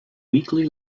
weekly